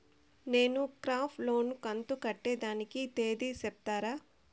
నేను crop loan కంతు కట్టేదానికి తేది సెప్తారా?